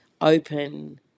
open